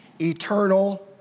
Eternal